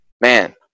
man